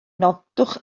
nodwch